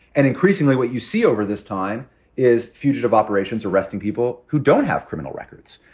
and increasingly, what you see over this time is fugitive operations, arresting people who don't have criminal records.